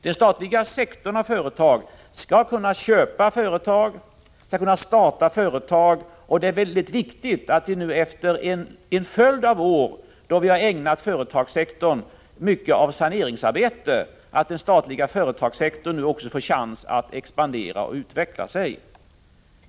Den statliga sektorn av företag skall kunna köpa företag och starta företag. Det är väldigt viktigt att den statliga företagssektorn nu efter en följd av år, då vi har ägnat företagssektorn mycket av saneringsarbete, får chansen att expandera och utvecklas.